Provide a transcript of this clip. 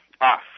off